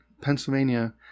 Pennsylvania